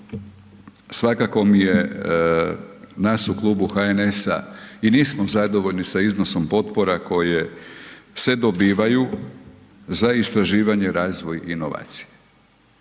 svakako mi je nas u klubu HNS-a i nismo zadovoljni sa iznosom potpora koje se dobivaju za istraživanje, razvoj i inovacije.